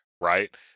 right